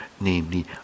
namely